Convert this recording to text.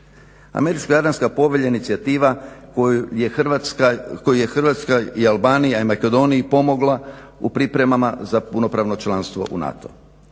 Američko-jadranska povelja je inicijativa kojoj je Hrvatska i Albaniji i Makedoniji pomogla u pripremama za punopravno članstvo u NATO.